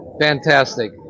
Fantastic